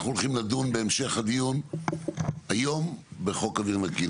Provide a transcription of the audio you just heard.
אנחנו הולכים לדון בהמשך הדיון היום בחוק אוויר נקי.